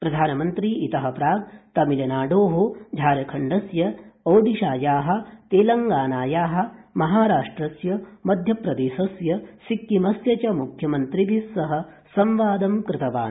प्रधानमन्त्री इतः प्राक् तमिलनाडोः झारखण्डस्य ओडिसायाः तेलङ्गानायाः महाराष्ट्रस्य मध्यप्रदेशस्य सिक्किमस्य च मुख्यमंत्रिभिः सह संवाद कृतवान्